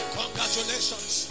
congratulations